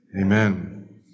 Amen